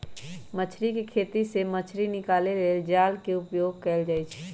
मछरी कें खेति से मछ्री निकाले लेल जाल के उपयोग कएल जाइ छै